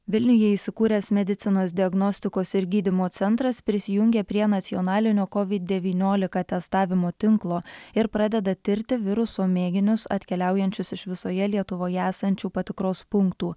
vilniuje įsikūręs medicinos diagnostikos ir gydymo centras prisijungė prie nacionalinio covid devyniolika testavimo tinklo ir pradeda tirti viruso mėginius atkeliaujančius iš visoje lietuvoje esančių patikros punktų